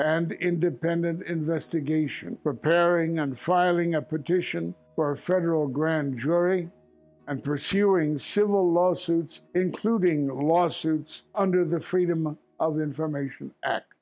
and independent investigation preparing and filing a petition for a federal grand jury and pursuing civil lawsuits including the lawsuits under the freedom of information act